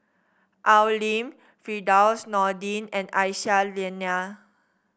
Al Lim Firdaus Nordin and Aisyah Lyana